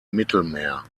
mittelmeer